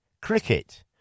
cricket